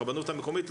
הרבנות המקומית,